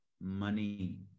money